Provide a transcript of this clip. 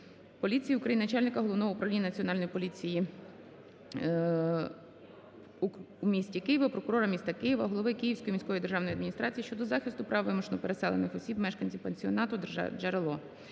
Головного управління Національної поліції у місті Києві, прокурора міста Києва, голови Київської міської державної адміністрації щодо захисту прав вимушено переселених осіб мешканців пансіонату "Джерело".